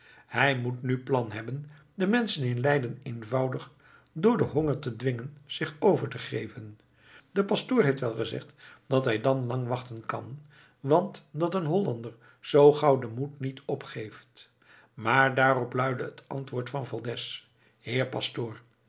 hij moet nu plan hebben de menschen in leiden eenvoudig door den honger te dwingen zich over te geven de pastoor heeft wel gezegd dat hij dan lang wachten kan want dat een hollander zoo gauw den moed niet opgeeft maar daarop luidde het antwoord van valdez heer pastoor